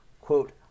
quote